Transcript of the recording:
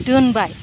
दोनबाय